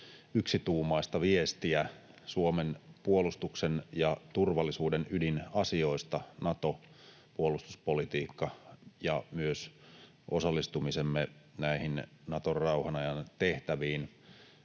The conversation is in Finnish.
yksituumaista viestiä Suomen puolustuksen ja turvallisuuden ydinasioista: Nato, puolustuspolitiikka ja myös osallistumisemme näihin Naton rauhan ajan tehtäviin.